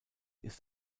ist